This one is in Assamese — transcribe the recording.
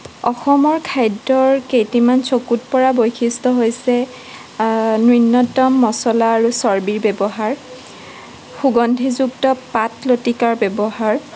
অসমৰ খাদ্যৰ কেইটিমান চকুত পৰা বৈশিষ্ট্য হৈছে নূন্যতম মছলা আৰু চৰ্বিৰ ব্যৱহাৰ সুগন্ধিযুক্ত পাত লতিকাৰ ব্যৱহাৰ